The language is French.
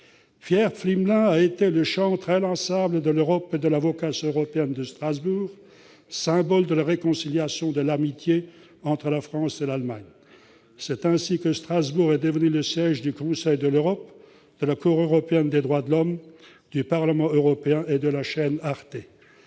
Pierre Pflimlin a été le chantre inlassable de l'Europe et de la vocation européenne de Strasbourg, symbole de la réconciliation et de l'amitié entre la France et l'Allemagne. C'est ainsi que Strasbourg est devenue le siège du Conseil de l'Europe, de la Cour européenne des droits de l'homme, du Parlement européen et de la chaîne Arte.